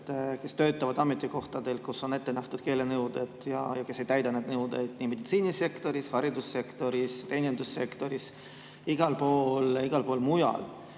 töötavad ametikohtadel, kus on ette nähtud keelenõuded, aga nad ei täida neid nõudeid – meditsiinisektoris, haridussektoris, teenindussektoris ja igal pool mujal.